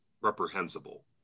reprehensible